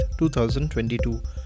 2022